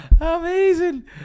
amazing